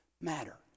matter